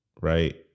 right